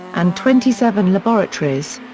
and twenty seven laboratories.